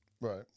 Right